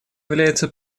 является